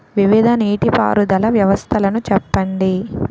వివిధ నీటి పారుదల వ్యవస్థలను చెప్పండి?